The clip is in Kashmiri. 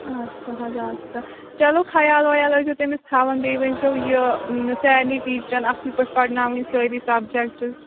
اَدٕ سا حظ اَدٕ سا چلو خیال وَیال ٲسۍزیو تٔمِس تھاوان بیٚیہِ ؤنۍزیو یہِ سارنی ٹیٖچرَن اَصٕل پٲٹھۍ پَرناوٕںۍ سٲری سَبجَکٹ